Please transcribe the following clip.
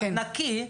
נקי,